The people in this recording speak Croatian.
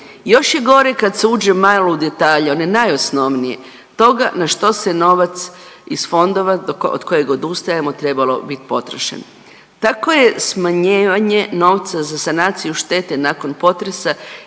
Još je gore kad se uđe malo u detalje one najosnovnije, toga na što se novac iz fondova od kojeg odustajemo, trebalo bit potrošen. Tako je smanjivanje novca za sanaciju štete nakon potresa